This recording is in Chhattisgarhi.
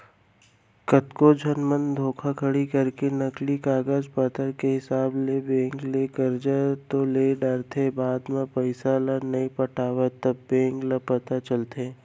कतको झन मन धोखाघड़ी करके नकली कागज पतर के हिसाब ले बेंक ले करजा तो ले डरथे बाद म पइसा ल नइ पटावय तब बेंक ल पता चलथे